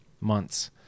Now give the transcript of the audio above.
months